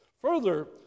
Further